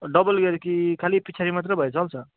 double gear कि खालि पछाडि मात्रै भए चल्छ